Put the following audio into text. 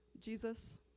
Jesus